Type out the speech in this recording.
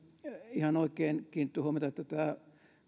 ihan oikein kiinnitetty huomiota että tämä